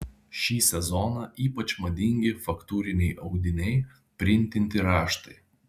šį sezoną ypač madingi faktūriniai audiniai printinti raštai